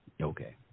Okay